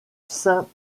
saint